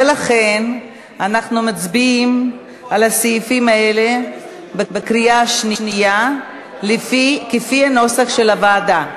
ולכן אנחנו מצביעים על הסעיפים האלה בקריאה שנייה לפי נוסח הוועדה.